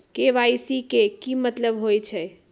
KYC के कि मतलब होइछइ?